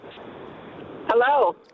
Hello